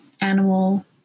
animal